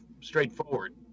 straightforward